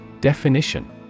Definition